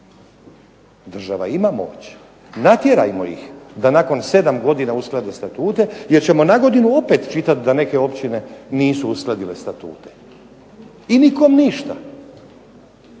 država ima moć. Natjerajmo ih da nakon 7 godina usklade statute jer ćemo nagodinu opet čitat da neke općine nisu uskladile statute. I nikom ništa.